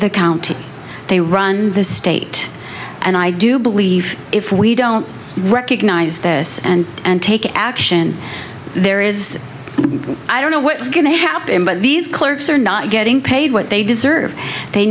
the county they run the state and i do believe if we don't recognize this and take action there is i don't know what's going to happen but these clerks are not getting paid what they deserve they